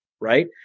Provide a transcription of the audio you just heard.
Right